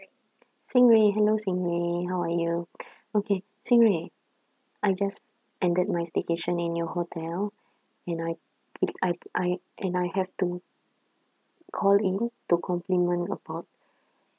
xing rei hello xing rei how are you okay xing rei I just ended my staycation in your hotel and I I I and I have to call in to compliment about